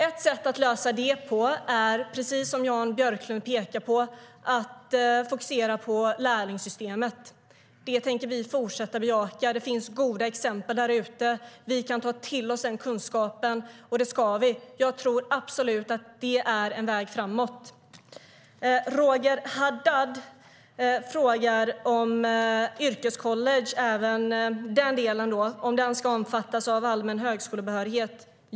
Ett sätt att lösa det på är, precis som Jan Björklund pekar på, att fokusera på lärlingssystemet. Det tänker vi fortsätta bejaka. Det finns goda exempel där ute. Vi kan ta till oss den kunskapen, och det ska vi. Jag tror absolut att det är en väg framåt. Roger Haddad frågar om även yrkescollege ska omfattas av allmän högskolebehörighet.